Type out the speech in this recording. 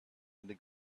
into